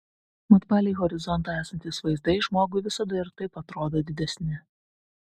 mat palei horizontą esantys vaizdai žmogui visada ir taip atrodo didesni